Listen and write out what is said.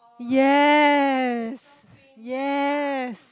yes yes